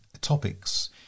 topics